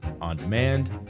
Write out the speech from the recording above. on-demand